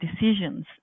decisions